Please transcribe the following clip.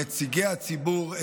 נציגי הציבור,